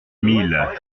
milles